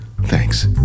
Thanks